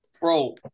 Bro